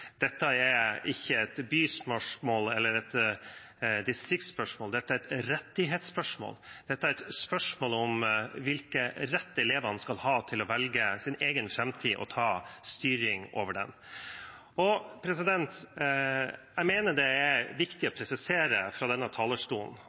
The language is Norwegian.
Dette er ikke et byspørsmål eller et distriktsspørsmål, dette er et rettighetsspørsmål, et spørsmål om hvilken rett elevene skal ha til å velge sin egen framtid og ta styring over den. Jeg mener det er viktig å